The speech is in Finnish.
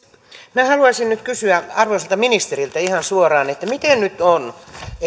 minä haluaisin nyt kysyä arvoisalta ministeriltä ihan suoraan että miten nyt on